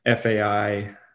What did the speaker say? FAI